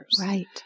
Right